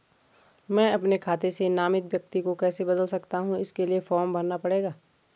मैं अपने खाते से नामित व्यक्ति को कैसे बदल सकता हूँ इसके लिए फॉर्म भरना पड़ेगा?